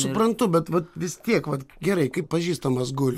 suprantu bet vat vis tiek vat gerai kai pažįstamas guli